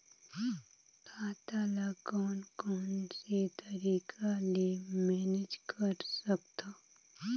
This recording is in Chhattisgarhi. खाता ल कौन कौन से तरीका ले मैनेज कर सकथव?